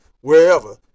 wherever